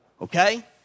Okay